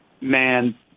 Man